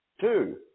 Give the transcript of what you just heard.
Two